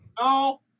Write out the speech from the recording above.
No